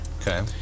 Okay